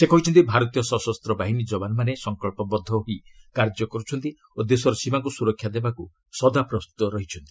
ସେ କହିଛନ୍ତି ଭାରତୀୟ ସଶସ୍ତ ବାହିନୀ ଯବାନମାନେ ସଙ୍କଳ୍ପବଦ୍ଧ ହୋଇ କାର୍ଯ୍ୟ କରୁଛନ୍ତି ଓ ଦେଶର ସୀମାକୁ ସୁରକ୍ଷା ଦେବାକୁ ସଦା ପ୍ରସ୍ତୁତ ରହିଛନ୍ତି